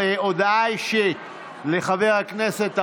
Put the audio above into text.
הודעה אישית לחבר הכנסת ארבל,